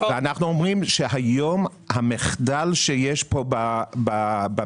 אנו אומרים שהיום המחדל שיש פה במדינה,